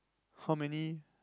how many